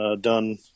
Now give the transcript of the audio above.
done